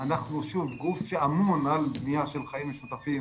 אנחנו גוף שאמון על בנייה של חיים משותפים